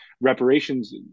reparations